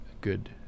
good